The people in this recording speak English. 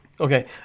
Okay